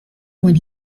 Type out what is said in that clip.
when